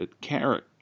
carrot